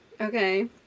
okay